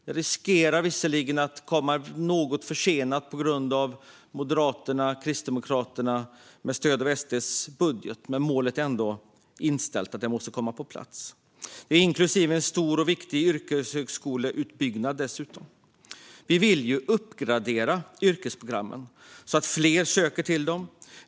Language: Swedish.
Det riskerar visserligen att bli något försenat på grund av budgeten från Moderaterna och Kristdemokraterna med stöd av Sverigedemokraterna, men målet är ändå inställt på att det ska komma på plats. Vi gör dessutom en stor och viktig yrkeshögskoleutbyggnad. Vi vill ju uppgradera yrkesprogrammen så att fler söker till dem.